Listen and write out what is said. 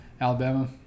Alabama